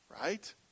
right